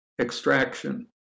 Extraction